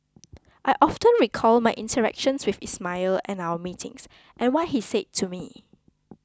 I often recall my interactions with Ismail and our meetings and what he said to me